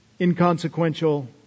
inconsequential